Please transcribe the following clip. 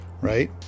right